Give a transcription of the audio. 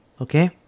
Okay